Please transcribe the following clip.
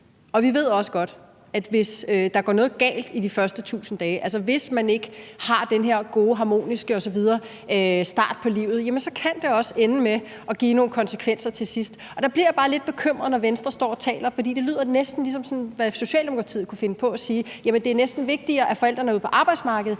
Og vi ved også godt, at hvis der går noget galt i de første 1.000 dage, hvis man ikke har den her gode, harmoniske osv. start på livet, så kan det også ende med at få nogle konsekvenser til sidst. Der bliver jeg bare lidt bekymret, når Venstre står og taler, for det lyder næsten som noget, Socialdemokratiet kunne finde på at sige: at det næsten er vigtigere, at forældrene er ude på arbejdsmarkedet,